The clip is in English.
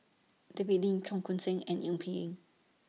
David Lim Cheong Koon Seng and Eng Peng Yee